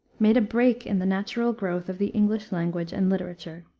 made a break in the natural growth of the english language and literature.